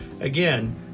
Again